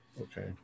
Okay